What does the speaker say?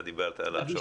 אתה דיברת על ההכשרות.